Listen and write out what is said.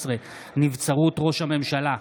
15) (נבצרות ראש הממשלה),